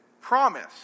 promise